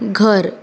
घर